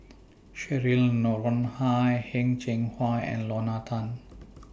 Cheryl Noronha Heng Cheng Hwa and Lorna Tan